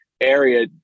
area